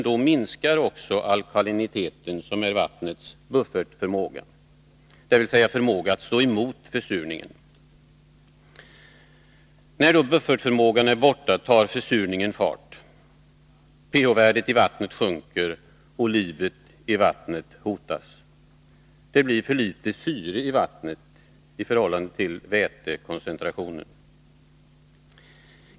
Då minskar alkaliniteten, som är vattnets buffertförmåga, dvs. förmågan att stå emot försurningen. När så buffertförmågan är borta, tar försurningen fart. pH-värdet i vattnet sjunker, och livet i vattnet hotas. Det blir för litet syre i vattnet i förhållande till vätekoncentrationen.